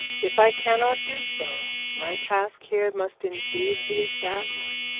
if i cannot do so, my task here must indeed be a sad one.